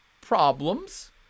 problems